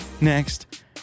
Next